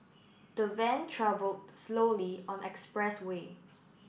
the van travelled slowly on expressway